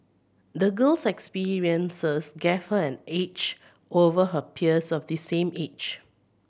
the girl's experiences gave her an edge over her peers of the same age